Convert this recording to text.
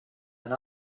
and